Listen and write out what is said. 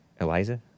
Eliza